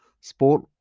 Sport